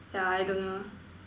yeah I don't know